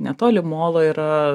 netoli molo yra